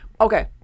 Okay